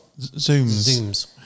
zooms